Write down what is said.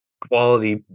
Quality